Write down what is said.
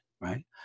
right